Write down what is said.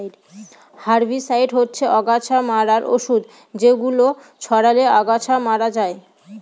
herbicide হচ্ছে অগাছা মারার ঔষধ যেগুলো ছড়ালে আগাছা মরে যায়